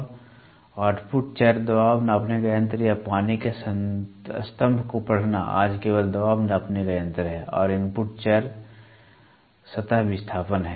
में आउटपुट चर दबाव नापने का यंत्र या पानी के स्तंभ को पढ़ना आज केवल दबाव नापने का यंत्र है और इनपुट चर सतह विस्थापन है